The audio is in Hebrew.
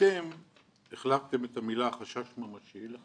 אתם החלפתם את המלה חשש סביר,